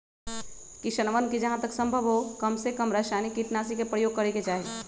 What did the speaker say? किसनवन के जहां तक संभव हो कमसेकम रसायनिक कीटनाशी के प्रयोग करे के चाहि